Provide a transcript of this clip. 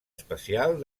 especial